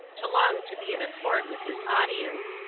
to long to be in accord with his audience,